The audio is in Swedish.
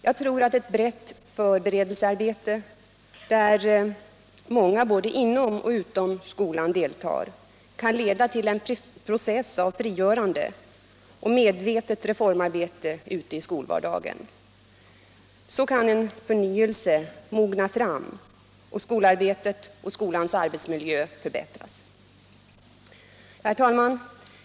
Jag tror att ett brett förberedelsearbete, där många både inom och utom skolan deltar, kan leda till en process av frigörande och medvetet reformarbete ute i skolvardagen. Så kan en förnyelse mogna fram och skolarbetet och skolans arbetsmiljö förbättras. Herr talman!